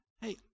hey